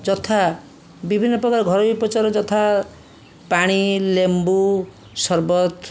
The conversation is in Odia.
ଯଥା ବିଭିନ୍ନ ପକାର ଘରୋଇ ଉପଚାର ଯଥା ପାଣି ଲେମ୍ବୁ ସରବତ